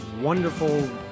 wonderful